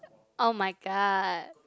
[oh]-my-god